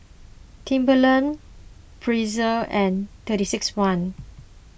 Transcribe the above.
Timberland Breezer and thirty six one